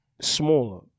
smaller